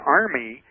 army